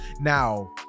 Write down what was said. Now